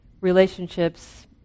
relationships